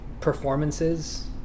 performances